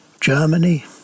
Germany